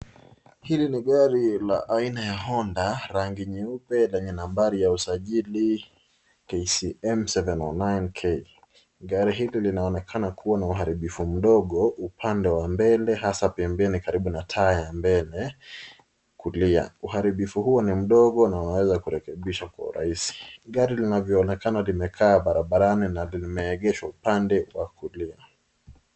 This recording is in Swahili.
Hili ni gari aina ya Honda la rangi nyeupe lenye nambari ya usajili KCM 701 K .Gari hili linaonekana kuwa na uharibifu mdogo upande wa mbele hasa pembeni karibu na taa ya mbele kulia. Uharibifu huu ni mpgo na unaweza kurekebishwa kwa urahisi. Gari linavyoonekana limekaa barabarani na limeegeshwa upande wa kulia.